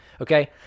Okay